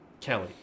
Kelly